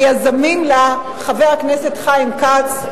ויזמו אותה חבר הכנסת חיים כץ,